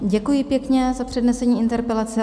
Děkuji pěkně za přednesení interpelace.